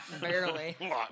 barely